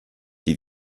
die